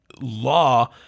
law